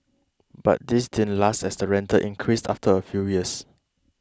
but this didn't last as the rental increased after a few years